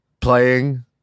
playing